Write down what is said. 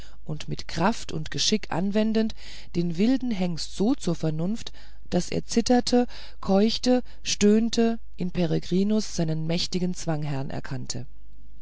und mit kraft und geschick anwendend den wilden hengst so zur vernunft daß er zitterte keuchte stöhnte in peregrinus seinen mächtigen zwangherrn erkannte